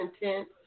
intent